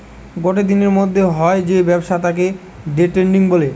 গটে দিনের মধ্যে হয় যে ব্যবসা তাকে দে ট্রেডিং বলে